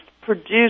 produced